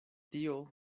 tio